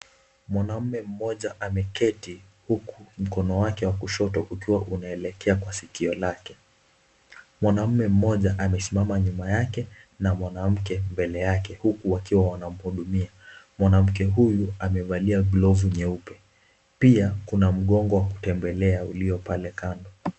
Mwanamme mmoja ameketi huku mkono wake wa kushoto ukiwa unaelekea kwa sikio lake. Mwanaume mmoja amesimama nyuma yake na mwanamke mbele yake. Huku wakiwa wanamhudumia Mwanamke huyu mevalia glovu nyeupe. Pia kuna mgongo wa kutembelea ulio pale kando.